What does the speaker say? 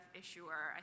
issuer